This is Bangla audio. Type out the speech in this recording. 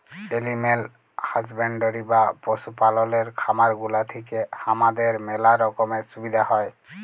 এলিম্যাল হাসব্যান্ডরি বা পশু পাললের খামার গুলা থেক্যে হামাদের ম্যালা রকমের সুবিধা হ্যয়